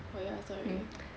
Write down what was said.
oh ya sorry